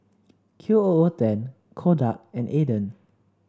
Q O O ten Kodak and Aden